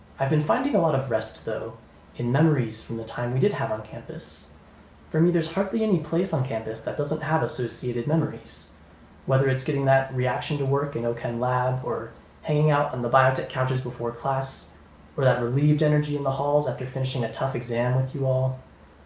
i've been finding a lot of rest though in memories from the time we did have on campus for me there's roughly any place on campus that doesn't have associated memories whether it's getting that reaction to work in chem lab or hanging out on the biotech counters before class or that relieved energy in the halls after finishing a tough exam with you all,